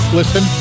listen